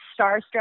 starstruck